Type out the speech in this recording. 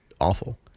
awful